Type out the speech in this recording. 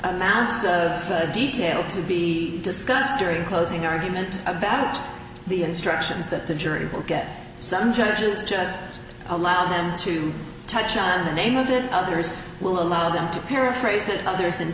amounts of detail to be discussed during closing argument about the instructions that the jury will get some judges just allow them to touch on the name of it others will allow them to paraphrase it other